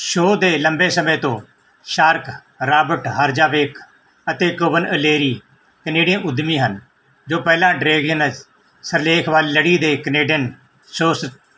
show ਦੇ ਲੰਬੇ ਸਮੇਂ ਤੋਂ ਸ਼ਾਰਕ ਰਾਬਟ ਹਰਜਾਵੇਕ ਅਤੇ ਕੋਵਨ ਅਲੇਰੀ ਕਨੇਡੀਅਨ ਉਦਮੀ ਹਨ ਜੋ ਪਹਿਲਾਂ ਡਰੈਗੀਨੈਸ ਸਿਰਲੇਖ ਵਾਲੀ ਲੜੀ ਦੇ ਕਨੇਡੀਅਨ ਸ਼ੋਅ 'ਚ